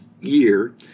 year